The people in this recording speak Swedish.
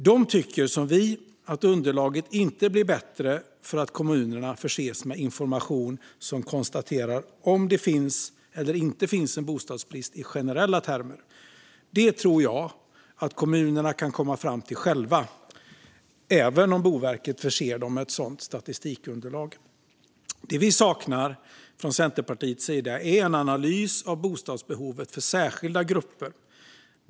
De tycker som vi att underlaget inte blir bättre för att kommunerna förses med information som konstaterar om det finns eller inte finns en bostadsbrist i generella termer. Det tror jag att kommunerna kan komma fram till själva, även om Boverket inte förser dem med ett sådant statistikunderlag. Det som vi saknar från Centerpartiets sida är en analys av bostadsbehovet för särskilda grupper.